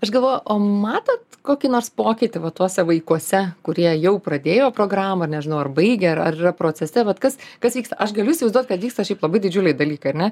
aš galvoju o matote kokį nors pokytį va tuose vaikuose kurie jau pradėjo programą nežinau ar baigė ar yra procese vat kas kas vyksta aš galiu įsivaizduot kad vyksta šiaip labai didžiuliai dalykai ar ne